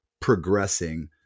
progressing